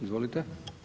Izvolite.